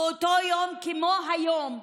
באותו יום כמו היום,